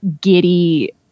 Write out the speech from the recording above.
giddy